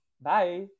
Bye